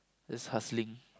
just hustling